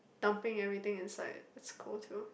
dumping everything inside